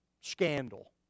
Scandal